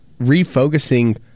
refocusing